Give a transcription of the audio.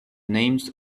names